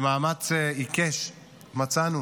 במאמץ עיקש מצאנו